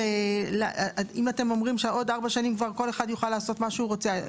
אם אתם אומרים שעוד ארבע שנים כבר כל אחד יוכל לעשות מה שהוא רוצה,